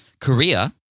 Korea